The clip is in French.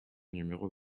numéro